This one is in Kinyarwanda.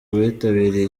bitabiriye